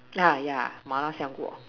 yeah yeah Mala 香锅